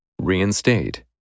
Reinstate